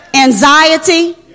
Anxiety